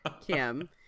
Kim